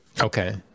okay